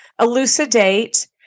elucidate